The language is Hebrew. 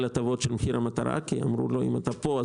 הטבות של מחיר המטרה כי אמרו לו: אם אתה פה,